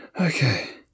okay